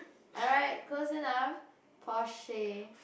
alright close enough Porsche